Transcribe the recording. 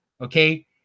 okay